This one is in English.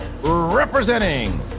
representing